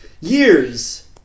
Years